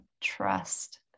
trust